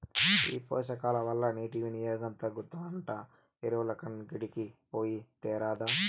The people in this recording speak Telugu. ఈ పోషకాల వల్ల నీటి వినియోగం తగ్గుతాదంట ఎరువులంగడికి పోయి తేరాదా